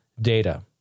data